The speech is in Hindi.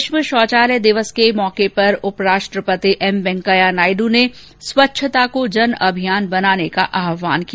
विश्व शौचालय दिवस के मौके पर उपराष्ट्रपति एम वैंकेया नायुड ने स्वच्छता को जन अभियान बनाने का आहवान किया